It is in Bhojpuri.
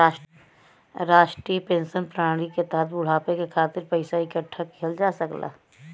राष्ट्रीय पेंशन प्रणाली के तहत बुढ़ापे के खातिर पइसा इकठ्ठा किहल जा सकला